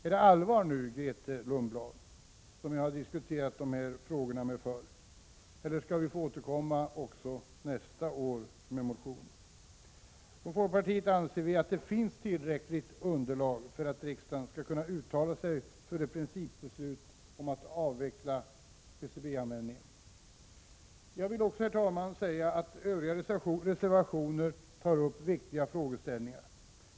Är det allvar nu, Grethe Lundblad — som jag har diskuterat de här frågorna med tidigare — eller skall vi behöva återkomma också nästa år med motioner? Från folkpartiet anser vi att det finns tillräckligt underlag för att riksdagen skall kunna uttala sig för ett principbeslut om att avveckla PCB-användningen. Jag vill också, herr talman, säga att reservationerna tar upp viktiga frågeställningar.